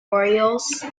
orioles